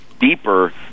deeper